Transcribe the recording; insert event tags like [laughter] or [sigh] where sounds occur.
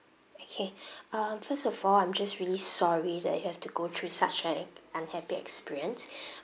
okay [breath] um first of all I'm just really sorry that you have to go through such a unhappy experience [breath]